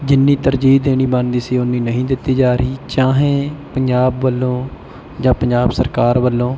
ਜਿੰਨੀ ਤਰਜੀਹ ਦੇਣੀ ਬਣਦੀ ਸੀ ਉੱਨੀ ਨਹੀਂ ਦਿੱਤੀ ਜਾ ਰਹੀ ਚਾਹੇ ਪੰਜਾਬ ਵੱਲੋਂ ਜਾਂ ਪੰਜਾਬ ਸਰਕਾਰ ਵੱਲੋਂ